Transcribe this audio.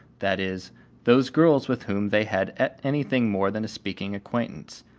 that is those girls with whom they had anything more than a speaking acquaintance.